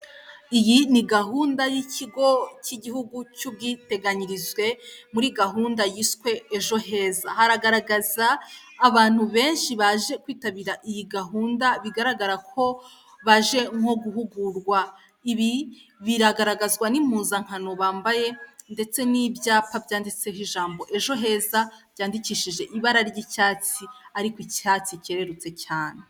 Iyi ni gahunda y'ikigo cy'igihugu cy'ubwiteganyirize muri gahunda yiswe ejo heza, hagaraga abantu benshi baje kwitabira, iyi gahunda bigaragara ko baje nko guhugurwa ibi biragaragazwa n'impuzankano bambaye, ndetse n'ibyapa byanditseho ijambo ejo heza ryandikishije ibara ry'icyatsi ariko icyatsi kerutse cyane.